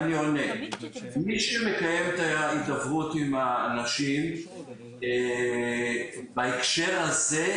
מי שמקיים את ההידברות עם האנשים בהקשר הזה,